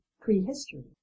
prehistory